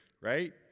right